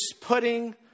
putting